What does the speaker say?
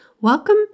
welcome